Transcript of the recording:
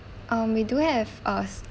um we do have us~